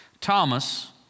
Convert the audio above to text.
Thomas